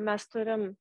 mes turim